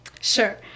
Sure